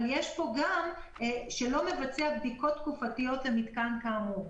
אבל יש פה גם את העניין שהוא לא מבצע בדיקות תקופתיות למתקן כאמור.